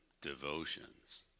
devotions